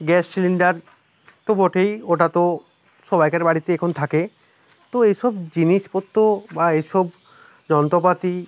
gas cylinder তো বটেই ওটা তো সবাইকার বাড়িতে এখন থাকে তো এইসব জিনিসপত্র বা এইসব যন্ত্রপাতি